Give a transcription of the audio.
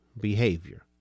behavior